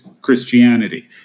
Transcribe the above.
Christianity